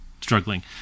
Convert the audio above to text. struggling